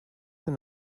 than